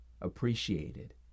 appreciated